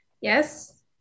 yes